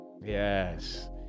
Yes